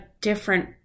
different